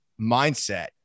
mindset